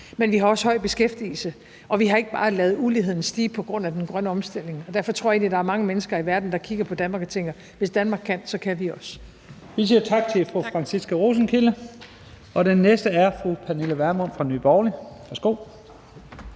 men også har høj beskæftigelse, og vi har ikke bare ladet uligheden stige på grund af den grønne omstilling. Derfor tror jeg egentlig, at der er mange mennesker i verden, der kigger på Danmark og tænker, at hvis Danmark kan, kan vi også. Kl. 13:52 Første næstformand (Leif Lahn Jensen): Vi siger tak til fru Franciska Rosenkilde. Den næste er fru Pernille Vermund fra Nye Borgerlige. Værsgo.